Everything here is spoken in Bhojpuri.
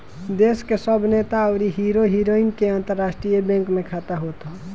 देस के सब नेता अउरी हीरो हीरोइन के अंतरराष्ट्रीय बैंक में खाता होत हअ